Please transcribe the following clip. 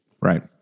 Right